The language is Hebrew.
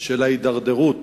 של ההידרדרות